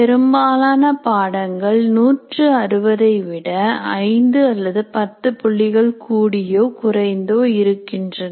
பெரும்பாலான பாடங்கள் 160 விட 5 அல்லது 10 புள்ளிகள் கூடியோ குறைந்தோ இருக்கின்றன